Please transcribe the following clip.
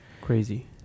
Crazy